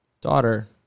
daughter